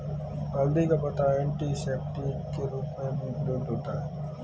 हल्दी का पत्ता एंटीसेप्टिक के रूप में भी प्रयुक्त होता है